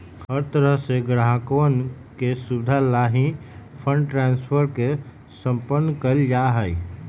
हर तरह से ग्राहकवन के सुविधा लाल ही फंड ट्रांस्फर के सम्पन्न कइल जा हई